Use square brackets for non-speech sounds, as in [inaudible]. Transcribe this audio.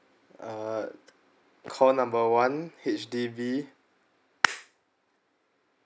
uh call number one H_D_B [noise]